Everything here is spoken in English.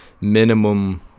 minimum